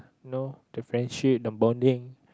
no the friendship the bonding